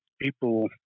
People